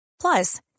Plus